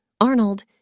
Arnold